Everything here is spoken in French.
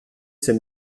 ces